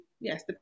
Yes